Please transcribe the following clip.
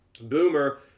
Boomer